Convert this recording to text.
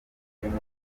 birimo